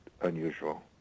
unusual